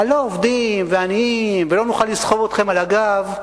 לא עובדים, עניים, לא נוכל לסחוב אתכם על הגב.